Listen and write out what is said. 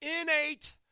innate